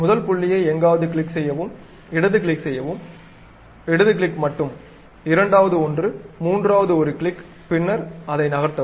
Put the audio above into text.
முதல் புள்ளியை எங்காவது கிளிக் செய்யவும் இடது கிளிக் செய்யவும் இடது கிளிக் மட்டும் இரண்டாவது ஒன்று மூன்றாவது ஒரு கிளிக் பின்னர் அதை நகர்த்தவும்